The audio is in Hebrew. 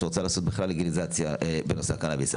שרוצה לעשות לגליזציה בנושא הקנביס.